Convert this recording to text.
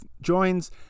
joins